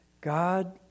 God